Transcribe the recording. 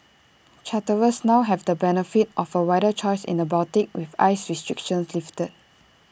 charterers now have the benefit of A wider choice in the Baltic with ice restrictions lifted